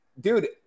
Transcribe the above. dude